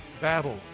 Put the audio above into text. battle